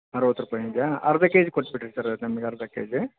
ಅರುವತ್ತು ರೂಪಾಯಿ ಹಾಗಾ ಅರ್ಧ ಕೆ ಜ್ ಕೊಟ್ಟುಬಿಡ್ರಿ ಸರ್ ನಮ್ಗೆ ಅರ್ಧ ಕೆ ಜಿ